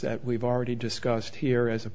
that we've already discussed here as a